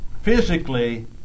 physically